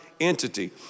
entity